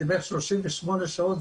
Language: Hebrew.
זה בערך 38 שעות,